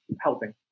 helping